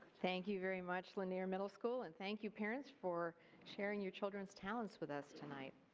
thank you very much lanier middle school and thank you parents for sharing your childrens' talents with us tonight.